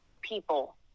people